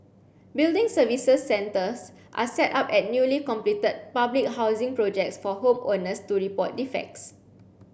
building services centres are set up at newly completed public housing projects for home owners to report defects